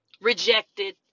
rejected